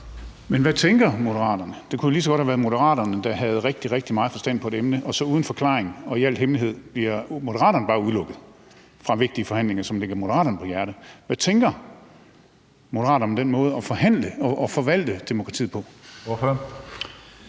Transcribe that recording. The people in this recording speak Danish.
Men hvad tænker Moderaterne? Det kunne jo lige så godt have været Moderaterne, der havde rigtig, rigtig meget forstand på et emne og så uden forklaring og i al hemmelighed bare bliver udelukket fra vigtige forhandlinger, som ligger Moderaterne på hjerte. Hvad tænker Moderaterne om den måde at forhandle og forvalte demokratiet på?